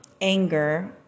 anger